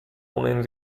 una